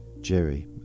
Jerry